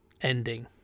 ending